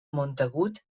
montagut